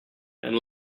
and